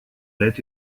let